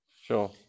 Sure